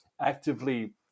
actively